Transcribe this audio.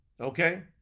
okay